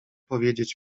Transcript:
powiedzieć